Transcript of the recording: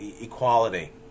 equality